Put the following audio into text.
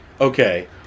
Okay